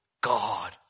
God